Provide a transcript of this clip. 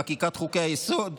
חקיקת חוקי-היסוד,